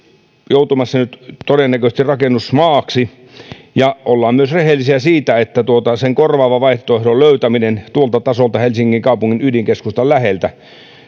joutumassa nyt todennäköisesti rakennusmaaksi ja ollaan myös rehellisiä siitä että sen korvaavan vaihtoehdon löytäminen tuolta tasolta helsingin kaupungin ydinkeskustan läheltä